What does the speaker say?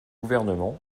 gouvernement